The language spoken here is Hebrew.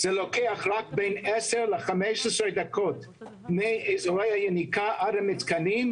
זה לוקח רק בין 10 ל-15 דקות מאזורי היניקה עד למתקנים,